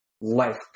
life